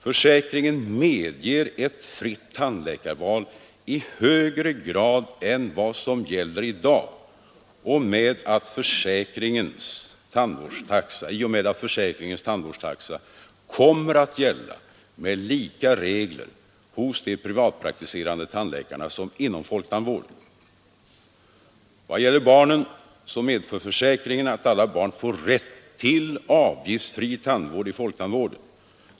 Försäkringen medger ett fritt tandläkarval i högre grad än vad som gäller i dag i och med att försäkringens tandvårdstaxa kommer att gälla med lika regler hos de privatpraktiserande tandläkarna som inom folktandvården. Vad gäller barnen medför försäkringen att alla barn får rätt till avgiftsfri tandvård inom folktandvården.